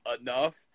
enough